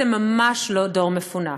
אתם ממש לא דור מפונק.